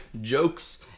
jokes